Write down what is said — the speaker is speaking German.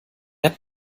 hat